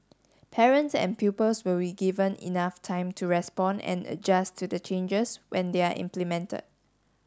parents and pupils will be given enough time to respond and adjust to the changes when they are implemented